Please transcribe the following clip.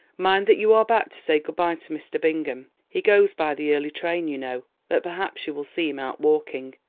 mind that you are back to say good-bye to mr. bingham he goes by the early train, you know but perhaps you will see him out walking,